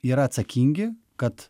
yra atsakingi kad